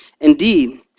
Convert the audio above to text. Indeed